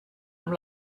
amb